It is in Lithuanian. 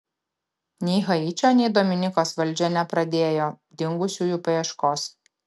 nei haičio nei dominikos valdžia nepradėjo dingusiųjų paieškos